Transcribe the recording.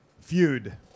feud